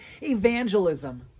evangelism